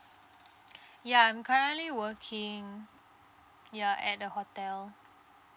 ya I'm currently working ya at the hotel